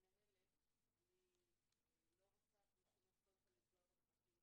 כמנהלת אני לא רוצה לפגוע בפרטיות